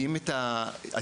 באחד מהדיונים החשובים ביותר,